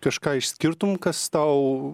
kažką išskirtum kas tau